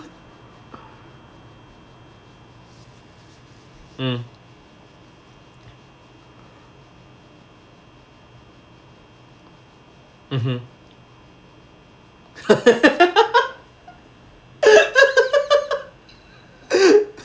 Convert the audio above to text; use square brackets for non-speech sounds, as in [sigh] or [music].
mm mmhmm [laughs]